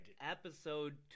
Episode